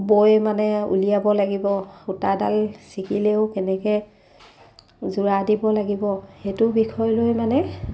বৈ মানে উলিয়াব লাগিব সূতাডাল ছিগিলেও কেনেকৈ যোৰা দিব লাগিব সেইটো বিষয় লৈ মানে